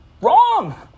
wrong